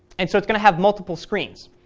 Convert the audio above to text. and so it's going to have multiple screens,